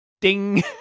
ding